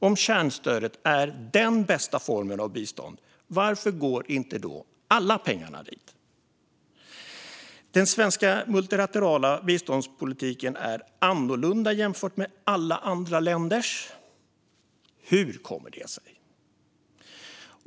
Om kärnstödet är den bästa formen av bistånd, varför går inte alla pengar dit? Den svenska multilaterala biståndspolitiken är annorlunda jämfört med alla andra länders. Hur kommer det sig?